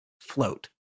Float